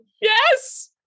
Yes